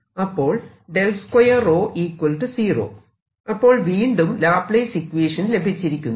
അപ്പോൾ അപ്പോൾ വീണ്ടും ലാപ്ലേസ് ഇക്വേഷൻ ലഭിച്ചിരിക്കുന്നു